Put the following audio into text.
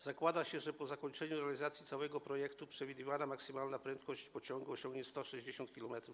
Zakłada się, że po zakończeniu realizacji całego projektu przewidywana maksymalna prędkość pociągu wyniesie 160 km/h.